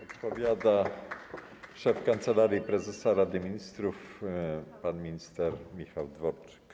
Odpowiada szef Kancelarii Prezesa Rady Ministrów pan minister Michał Dworczyk.